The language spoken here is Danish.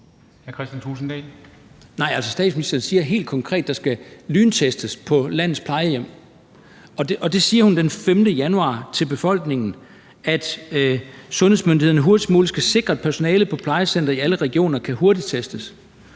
statsministeren siger helt konkret, at der skal lyntestes på landets plejehjem. Hun siger den 5. januar til befolkningen, at sundhedsmyndighederne hurtigst muligt skal sikre, at personale på plejecentre i alle regioner kan hurtigtestes.